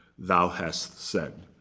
thou hast said.